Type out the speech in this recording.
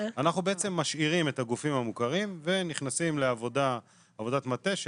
אנחנו משאירים את הגופים המוכרים ונכנסים לעבודת מטה.